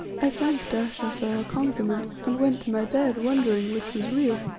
i thanked ayesha for her compliment, and went to my bed wondering which was real,